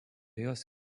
jos